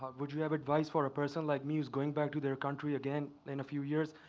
would you have advice for a person like me who's going back to their country again in a few years,